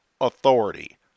authority